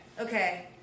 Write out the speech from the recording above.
Okay